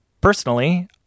Personally